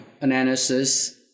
analysis